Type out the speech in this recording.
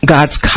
God's